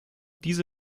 diese